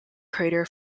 crater